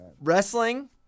wrestling